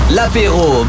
L'apéro